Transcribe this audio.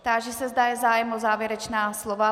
Táži se, zda je zájem o závěrečná slova.